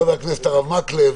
חבר הכנסת הרב מקלב,